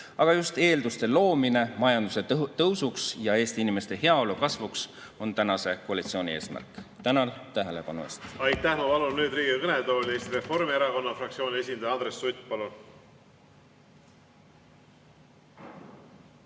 Aga just eelduste loomine majanduse tõusuks ja Eesti inimeste heaolu kasvuks on praeguse koalitsiooni eesmärk. Tänan tähelepanu eest!